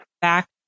back